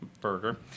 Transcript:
burger